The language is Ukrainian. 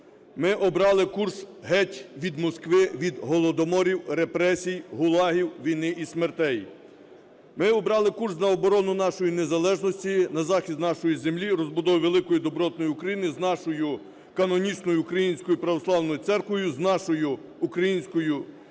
ми обрали курс – геть від Москви, від голодоморів, репресій, ГУЛАГів, війни і смертей! Ми обрали курс на оборону нашої незалежності, на захист нашої землі, розбудову великої, добротної України з нашою канонічною Українською Православною Церквою, з нашою українською державною